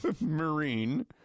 marine